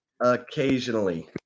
occasionally